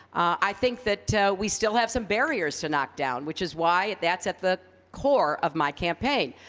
i think that we still have some barriers to knock down, which is why that's at the core of my campaign.